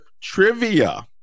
trivia